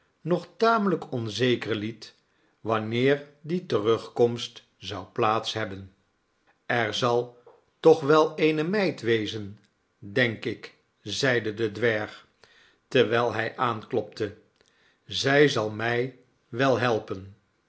nog tamelijk onzeker liet wanneer die terugkomst zou plaats hebben er zal toch wel eene meid wezen denkik zeide de dwerg terwijl hij aanklopte zij zal mij wel helpen